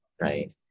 right